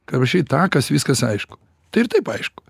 kam rašyt tą kas viskas aišku tai ir taip aišku